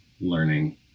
learning